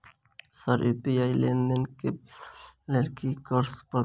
Sir UPI लेनदेन केँ विवरण केँ लेल की करऽ परतै?